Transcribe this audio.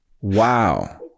Wow